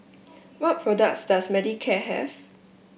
what products does Manicare have